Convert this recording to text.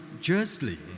justly